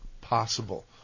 possible